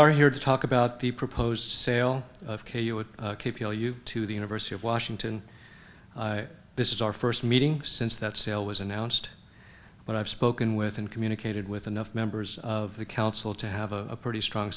are here to talk about the proposed sale of k u n k p l u to the university of washington this is our first meeting since that sale was announced but i've spoken with an communicated with enough members of the council to have a pretty strong